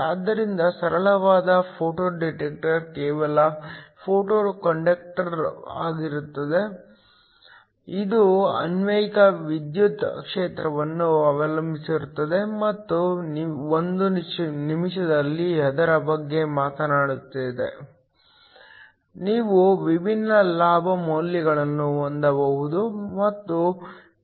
ಆದ್ದರಿಂದ ಸರಳವಾದ photo detector ಕೇವಲ ಫೋಟೋ ಕಂಡಕ್ಟರ್ ಆಗಿದೆ ಇದು ಅನ್ವಯಿಕ ವಿದ್ಯುತ್ ಕ್ಷೇತ್ರವನ್ನು ಅವಲಂಬಿಸಿರುತ್ತದೆ ಮತ್ತು ಒಂದು ನಿಮಿಷದಲ್ಲಿ ಅದರ ಬಗ್ಗೆ ಮಾತನಾಡುತ್ತದೆ ನೀವು ವಿಭಿನ್ನ ಲಾಭ ಮೌಲ್ಯಗಳನ್ನು ಹೊಂದಬಹುದು